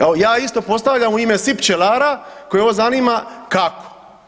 Evo, ja isto postavljam u ime svih pčelara koje ovo zanima, kako.